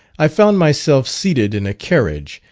i found myself seated in a carriage,